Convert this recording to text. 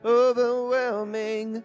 overwhelming